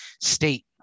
state